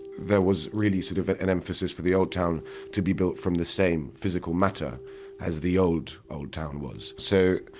there was really sort of an emphasis for the old town to be built from the same physical matter as the old, old town was. so,